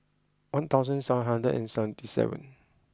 one thousand seven hundred and seventy seven